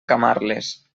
camarles